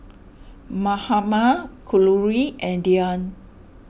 Mahatma Kalluri and Dhyan